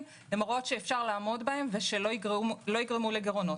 אפשר לעמוד בהן ושלא יגרמו לגירעונות.